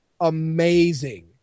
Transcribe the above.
amazing